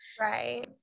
right